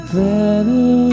better